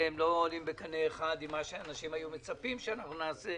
עולים בקנה אחד עם מה שאנשים מצפים שנעשה.